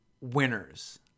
winners